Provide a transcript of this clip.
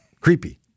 Creepy